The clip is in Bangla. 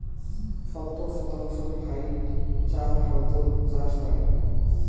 সত্তর শতাংশর ফাইক চা ভারতত চইল হই